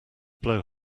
blow